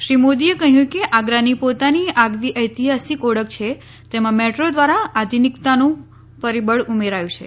શ્રી મોદીએ કહ્યું કે આગ્રાની પોતાની આગવી ઐતિહાસિક ઓળખ છે તેમાં મેટ્રો દ્વારા આધિનિક્તાનું પરિબળ ઉમેરાયું છે